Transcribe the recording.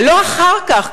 ולא אחר כך,